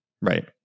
Right